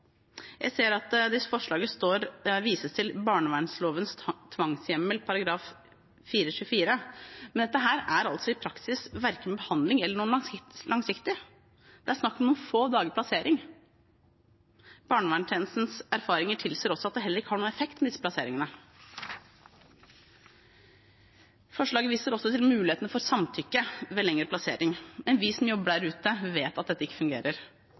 Jeg ser at det i forslaget vises til barnevernlovens tvangshjemmel, § 4-24, men dette her er altså i praksis verken behandling eller noe langsiktig. Det er snakk om noen få dagers plassering. Barnevernstjenestens erfaringer tilsier også at det heller ikke har noen effekt med disse plasseringene. Forslaget viser også til mulighetene for samtykke ved lengre plassering, men vi som jobber der ute, vet at dette ikke fungerer.